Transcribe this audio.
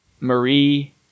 Marie